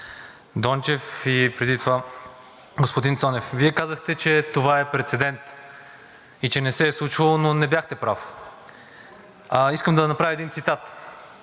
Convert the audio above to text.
Дончев и преди това господин Цонев, Вие казахте, че това е прецедент и че не се е случвало, но не бяхте прав. Искам да направя един цитат: